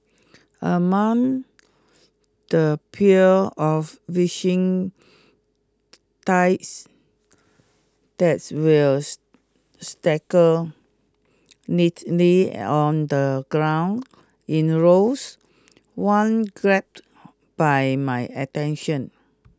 among the pure of wishing tides that were neatly on the ground in rows one grabbed by my attention